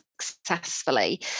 successfully